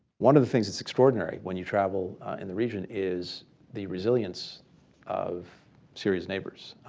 one of the things that's extraordinary when you travel in the region is the resilience of syria's neighbors,